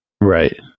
right